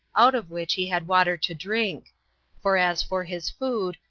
out of which he had water to drink for as for his food,